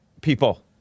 people